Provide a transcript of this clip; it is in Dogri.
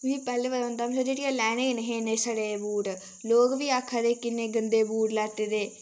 मिकी पैह्लें पता होंदा में थुआढ़ी हट्टिया लैने गै निहे इन्ने सड़े बूट लोक बी आखा दे किन्ने गंदे बूट लैते दे